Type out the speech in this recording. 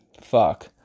fuck